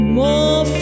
more